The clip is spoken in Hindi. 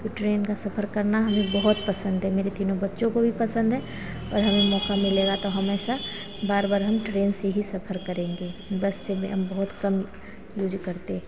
कि ट्रेन का सफ़र करना हमें बहुत पसन्द है मेरे तीनों बच्चों को भी पसन्द है और हमें मौका मिलेगा तो हमेशा बार बार हम ट्रेन से ही सफ़र करेंगे बस से मैं हम बहुत कम यूज़ करते